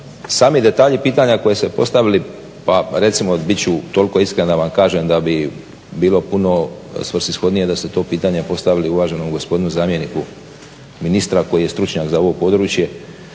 sami detalji pitanja koje ste postavili pa recimo bit ću toliko iskren da vam kažem da bi bilo puno svrsishodnije da ste to pitanje postavili uvaženom gospodinu zamjeniku ministra koji je stručnjak za ovo područje.